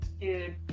dude